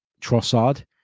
Trossard